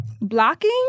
Blocking